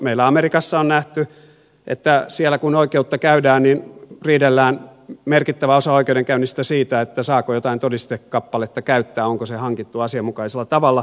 meillä amerikassa on nähty että siellä kun oikeutta käydään riidellään merkittävä osa oikeudenkäynnistä siitä saako jotain todistekappaletta käyttää onko se hankittu asianmukaisella tavalla